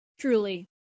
truly